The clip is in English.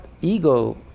ego